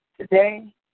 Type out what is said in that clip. today